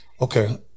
okay